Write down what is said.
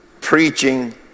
preaching